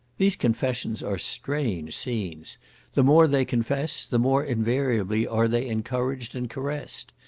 these confessions are strange scenes the more they confess, the more invariably are they encouraged and caressed.